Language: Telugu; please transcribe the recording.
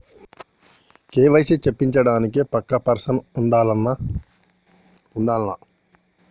కే.వై.సీ చేపిచ్చుకోవడానికి పక్కా పర్సన్ ఉండాల్నా?